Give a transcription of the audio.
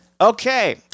okay